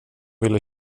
ville